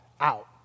Out